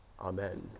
Amen